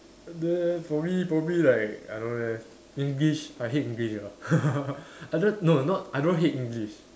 then for me probably like I don't leh English I hate English ah I don't no not I don't hate English